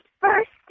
first